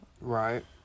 right